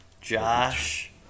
Josh